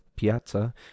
Piazza